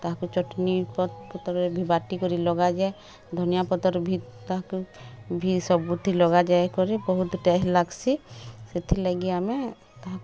ତାହାକୁ ଚଟନୀ ପତ୍ରରେ ଭି ବାଟିକରି ଲଗାଯାଏ ଧନିଆ ପତର୍ ଭି ତାହାକେ ଭି ସବୁଥି ଲଗାଯାଇକରି ବହୁତ୍ ଟେଷ୍ଟ୍ ଲାଗଶି ସେଥିର୍ ଲାଗି ଆମେ ତାହାକୁ